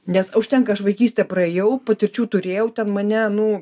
nes užtenka aš vaikystę praėjau patirčių turėjau ten mane nu